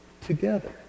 together